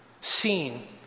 seen